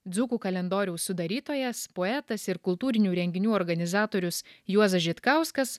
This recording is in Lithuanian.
dzūkų kalendoriaus sudarytojas poetas ir kultūrinių renginių organizatorius juozas žitkauskas